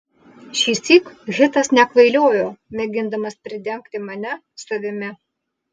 šįsyk hitas nekvailiojo mėgindamas pridengti mane savimi